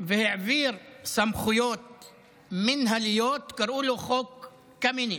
והעביר סמכויות מינהליות, קראו לו חוק קמיניץ,